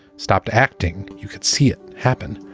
stopped acting. you could see it happen,